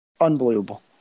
Unbelievable